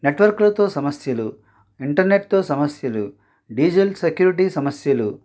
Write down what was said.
నెట్వర్క్లతో సమస్యలు ఇంటర్నెట్తో సమస్యలు డీజల్ సెక్యూరిటీ సమస్యలు